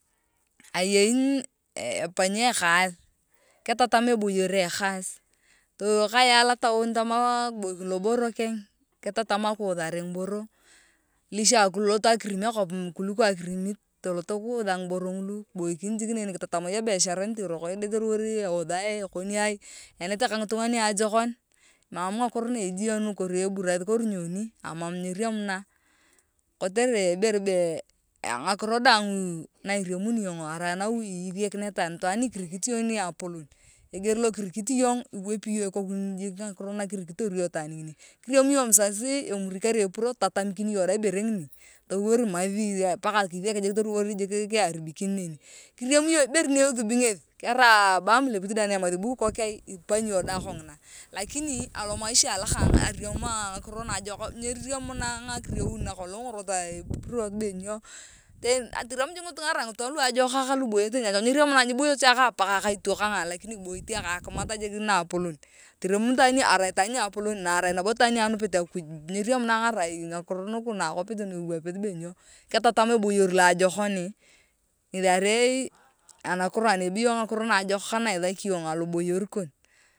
Ayei mnemon eee epanyi akaath ketatam eboyor ekath towo kaya lotaun tamaaaa kibokin loboro keng ketatam akiuthare ngiboro lisha akilot akirim akop kuliko akirimit toloto kiutha ngiboro ngulu kiboikini jik nea kitatamai ebeshar niti eroko edit toriwor euthai ekoniai ianete ka ngitunga niajokon mam ngakiro ne ejie kori eburath kori nyoni emam nyiriam kotere ibere be ngakiro daang na inamuni yong arai nawi ithiakineta ani itwaar nikirikit iyong ni apolon eger lo kirikit yong iwepi yong ikoku ngini jik ngakin nakinkitor yong itwaan ngini kiriam yong nzazi emuri karai epurot iwapi yong dae ibere ngini toriwor emathi paka jik kiiaribiken neni kiriam yong ibere ni ethubi ngeth kerai bo amulepit dae ne emathi bo kikok aai ipanyi iyong dae kongina lakini alomaisha alokong anam tonyemuuu ethukuku neni kitam nabo nikaneni atamar alothi ni ka ati tolot nabo nikaneni kongina ngethi eyei ibere be ethukuku ejok ibere be ekaru lokitet ama ekaru lokitetet arai ibere niajokon sana alotooma eboyor kosi kotere akwaar ngina mam ibere iber be ekanisa kila ekanitha akwaar ngina isherekeyarit ilipio iimbaite ngitunga alakara kerai esherehe iwakinio lokanithai kilipa ngitunga mam itwaan imiekini be sijui beee tamar beee kwai akwaar ngina teni be kikesheyenao itwaan ebuni itwaan kikesha akwaar ngana.